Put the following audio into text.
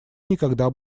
никогда